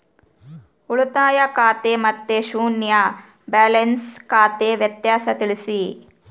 ಉಳಿತಾಯ ಖಾತೆ ಮತ್ತೆ ಶೂನ್ಯ ಬ್ಯಾಲೆನ್ಸ್ ಖಾತೆ ವ್ಯತ್ಯಾಸ ತಿಳಿಸಿ?